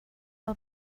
her